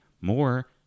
more